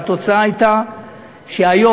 והתוצאה הייתה שהיום,